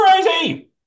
crazy